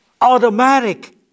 automatic